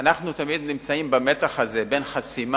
אנחנו תמיד נמצאים במתח הזה בין חסימה,